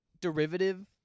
derivative